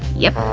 yep,